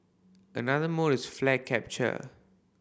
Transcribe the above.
another mode is flag capture